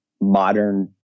modern